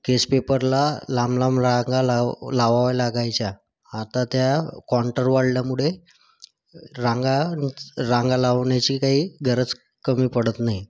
केस पेपरला लांब लांब रांगा लाव लावावं लागायच्या आता त्या कॉन्टर वाढल्यामुळे रांगा रांगा लावण्याची काही गरज कमी पडत नाही